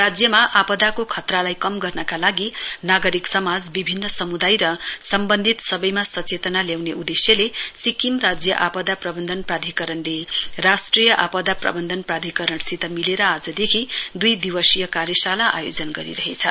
राज्यमा आपदाको खतरालाई कम गर्नका लागि नागरिक समाज विभिन्न समुदाय र सम्वन्धित सबैमा सचेतना ल्याउने उदेश्यले सिक्किम राज्य आपदा प्रवन्धन प्राधिकरणले राष्ट्रिय आपदा प्रवन्धन प्राधिकरणसित मिलेर आजदेखि दुई दिवसीय कार्यशाला आयोजन गरिरहेछ